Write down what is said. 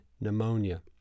pneumonia